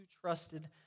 trusted